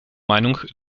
meinung